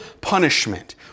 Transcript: punishment